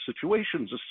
situations